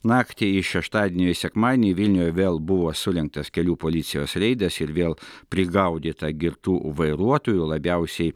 naktį iš šeštadienio į sekmadienį vilniuje vėl buvo surengtas kelių policijos reidas ir vėl prigaudyta girtų vairuotojų labiausiai